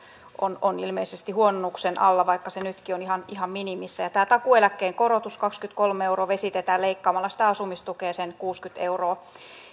on on ilmeisesti huononnuksen alla vaikka se nytkin on ihan ihan minimissään tämä takuueläkkeen korotus kaksikymmentäkolme euroa vesitetään leikkaamalla sitä asumistukea sen kuusikymmentä euroa